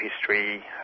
history